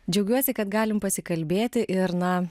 džiaugiuosi kad galim pasikalbėti ir na